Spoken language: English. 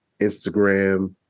Instagram